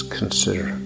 consider